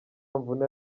mvune